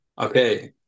okay